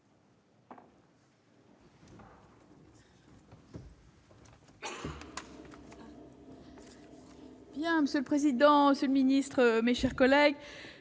Monsieur le président, monsieur le ministre, mes chers collègues,